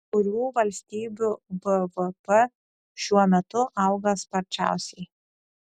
kurių valstybių bvp šiuo metu auga sparčiausiai